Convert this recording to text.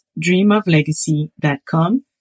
dreamoflegacy.com